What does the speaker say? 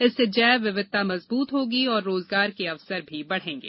इससे जैव विविधता मजबूत होगी और रोजगार के अवसर बढ़ेंगे